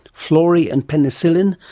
florey and penicillin,